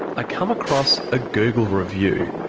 i come across a google review.